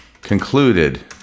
concluded